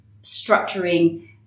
structuring